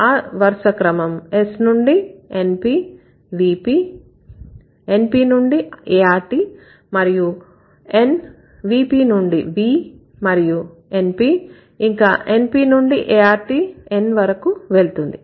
ఆ వరుస క్రమం S నుండి NP VP NP నుండి art మరియు N VP నుండి V మరియు NP ఇంకా NP నుండి art N వరకు వెళ్తుంది